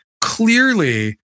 clearly